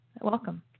Welcome